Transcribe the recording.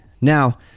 Now